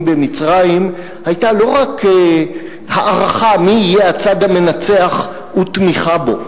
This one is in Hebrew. במצרים היתה לא רק הערכה מי יהיה הצד המנצח ותמיכה בו,